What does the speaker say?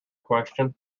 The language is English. question